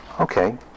Okay